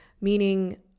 meaning